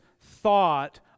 thought